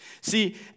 See